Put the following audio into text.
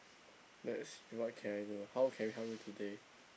that is what can I do how can we help you today